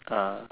ah